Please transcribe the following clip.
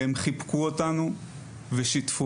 והם חיבקו אותנו ושיתפו.